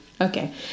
Okay